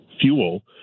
fuel